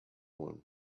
one